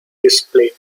displays